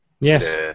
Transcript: Yes